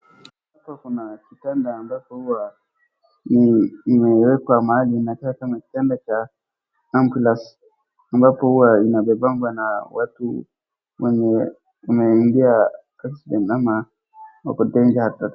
Hapa kuna kitanda ambapo huwa ni imewekwa mahali inakaa kama kitanda cha ambulance, ambapo huwa inabebwa na watu wenye wameingia accident ama wako danger.